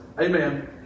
Amen